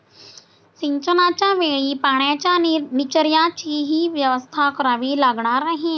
सिंचनाच्या वेळी पाण्याच्या निचर्याचीही व्यवस्था करावी लागणार आहे